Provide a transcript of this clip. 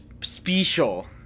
special